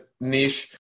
niche